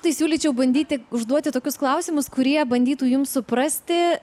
tai siūlyčiau bandyti užduoti tokius klausimus kurie bandytų jums suprasti